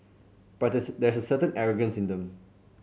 but there's there's a certain arrogance in them